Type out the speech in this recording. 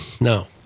No